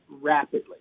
rapidly